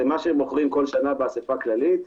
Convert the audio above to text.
זה מה שבוחרים כל שנה באסיפה הכללית,